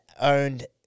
owned